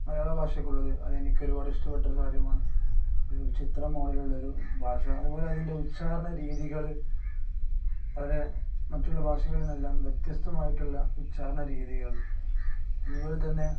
മലയാള ഭാഷയ്ക്കുള്ളത് അതെനിക്കൊരുപാട് ഇഷ്ടപ്പെട്ട ഒരു കാര്യമാണ് ഒരു ചിത്ര മോഡലിലുള്ളൊരു ഭാഷ അതുപോലെ അതിൻ്റെ ഉച്ചാരണ രീതികള് വളരെ മറ്റുള്ള ഭാഷകളില്നിന്നെല്ലാം വ്യത്യസ്തമായിട്ടുള്ള ഉച്ചാരണ രീതികൾ അതുപോലെ തന്നെ